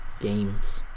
games